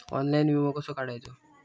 Online विमो कसो काढायचो?